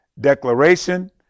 Declaration